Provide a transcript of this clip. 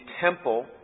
temple